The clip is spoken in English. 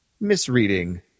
misreading